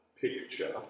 picture